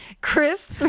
chris